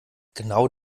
genau